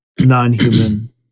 non-human